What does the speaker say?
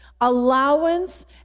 allowance